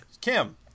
Kim